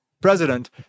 president